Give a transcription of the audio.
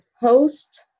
host